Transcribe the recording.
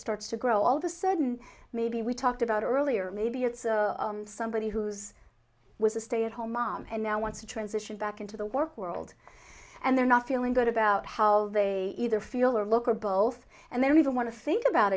starts to grow all of a sudden maybe we talked about earlier maybe it's somebody who's was a stay at home mom and now wants to transition back into the work world and they're not feeling good about how they either feel or look or both and then we don't want to think about